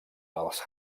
els